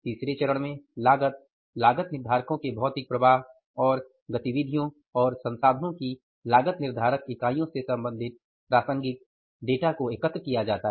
तीसरे चरण में लागत लागत निर्धारकों के भौतिक प्रवाह और गतिविधियों व् संसाधनों की लागत निर्धारक इकाईयों से संबंधित प्रासंगिक डेटा को एकत्र किया जाता है